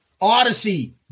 Odyssey